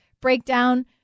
breakdown